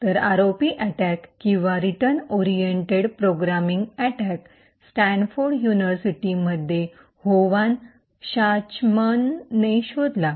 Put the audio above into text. तर ROP attack किंवा return oriented programming attack Stanford युनिव्हर्सिटीमध्ये होवाव शाचॅमने शोधला